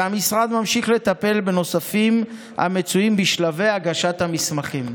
והמשרד ממשיך לטפל בנוספים המצויים בשלבי הגשת המסמכים.